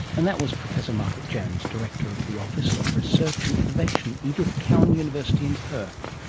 and that was professor margaret jones, director of the office of research and innovation, edith cowan university in perth.